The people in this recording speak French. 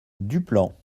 duplan